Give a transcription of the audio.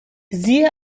siehe